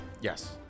Yes